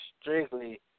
strictly